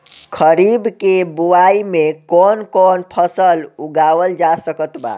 खरीब के बोआई मे कौन कौन फसल उगावाल जा सकत बा?